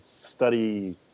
study